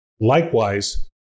Likewise